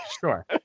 sure